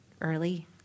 early